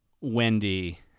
Wendy